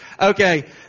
Okay